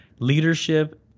leadership